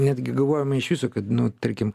netgi galvojome iš viso kad nu tarkim